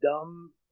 dumb